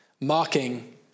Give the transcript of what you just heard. mocking